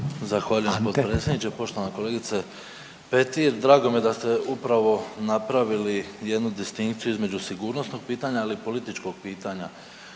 Zahvaljujem potpredsjedniče. Poštovana kolegice Petir drago mi je da ste upravo napravili jednu distinkciju između sigurnosnog pitanja ali i političkog pitanja